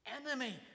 enemy